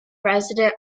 resident